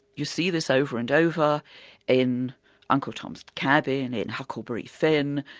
you see this over and over in uncle tom's cabin, in huckleberry finn.